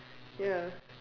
ya